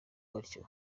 batyo